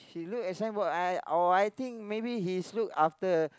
she look at signboard I or I think maybe he's look after